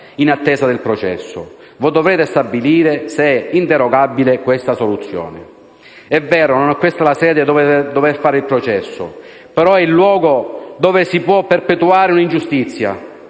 in attesa del processo, voi dovrete stabilire se questa soluzione è inderogabile. È vero, non è questa la sede dove fare il processo, però è il luogo dove si può perpetuare una ingiustizia